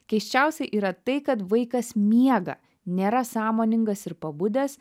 keisčiausia yra tai kad vaikas miega nėra sąmoningas ir pabudęs